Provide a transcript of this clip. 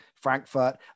Frankfurt